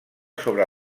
sobre